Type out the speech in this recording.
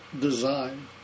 design